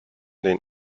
den